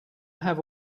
have